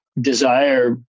desire